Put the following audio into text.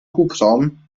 hubraum